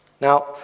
Now